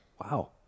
Wow